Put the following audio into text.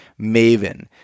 Maven